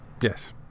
Yes